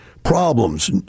problems